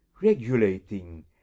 regulating